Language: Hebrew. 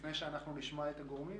לפני שנשמע את הגורמים.